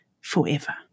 forever